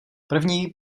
první